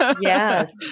Yes